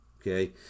Okay